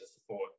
support